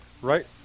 Right